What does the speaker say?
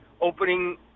Opening